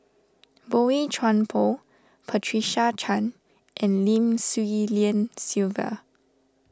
Boey Chuan Poh Patricia Chan and Lim Swee Lian Sylvia